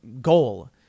goal